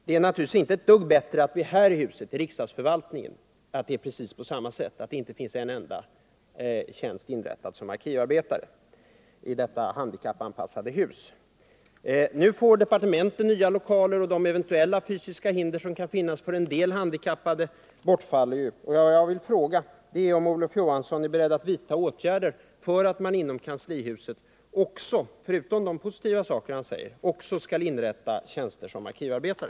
Det är naturligtvis inte ett dugg bättre att det i det här handikappanpassade huset, vid riksdagsförvaltningen, är på precis samma sätt, dvs. att det inte finns en enda tjänst som arkivarbetare. Nu får departementen nya lokaler och de eventuella fysiska hinder som kan finnas för vissa handikappade bortfaller ju. Jag vill fråga om Olof Johansson är beredd att vidta åtgärder för att inom kanslihuset — vid sidan av det positiva som han nämnde — också inrätta tjänster för arkivarbetare.